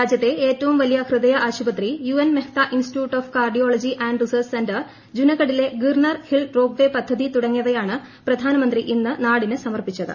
രാജ്യത്തെ ഏറ്റവും വലിയ ഹൃദയ ആശുപത്രി U N Mehta institute of cardiology and research centre ജുനഗഡിലെ ഗിർനർ ഹിൽ റോപ്പ് വേ പദ്ധതി തുടങ്ങിയവയാണ് പ്രധാനമന്ത്രി ഇന്ന് നാടിനു സമർപ്പിച്ചത്